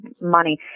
money